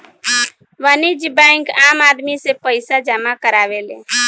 वाणिज्यिक बैंक आम आदमी से पईसा जामा करावेले